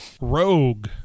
rogue